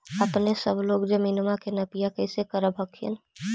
अपने सब लोग जमीनमा के नपीया कैसे करब हखिन?